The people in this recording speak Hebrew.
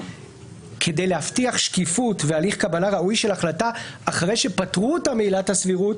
כדי להבטיח שקיפות והליך קבלה ראוי של החלטה אחרי שפטרו מעילת הסבירות,